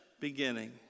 beginning